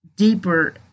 deeper